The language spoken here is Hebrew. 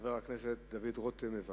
חבר הכנסת דוד רותם, בבקשה.